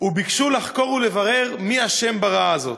וביקשו לחקור ולברר מי אשם ברעה הזאת.